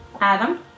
Adam